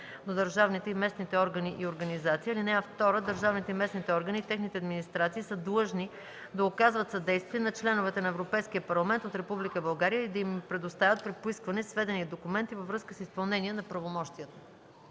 до държавните и местните органи и организации. (2) Държавните и местните органи и техните администрации са длъжни да оказват съдействие на членовете на Европейския парламент от Република България и да им предоставят при поискване сведения и документи във връзка с изпълнение на правомощията